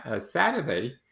Saturday